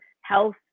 health